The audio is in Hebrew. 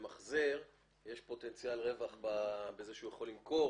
לממחזר יש פוטנציאל רווח מכך שהוא יכול למכור,